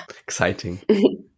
Exciting